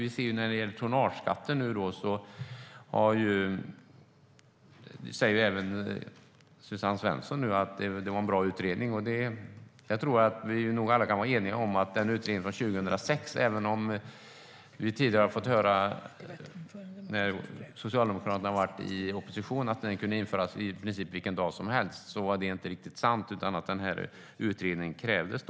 När det gäller tonnageskatten säger även Suzanne Svensson att det var en bra utredning. Vi kan nog alla vara eniga om utredningen från 2006, även om vi tidigare, när Socialdemokraterna var i opposition, har fått höra att tonnageskatten kunde införas i princip vilken dag som helst. Men det var inte riktigt sant, utan den här utredningen krävdes.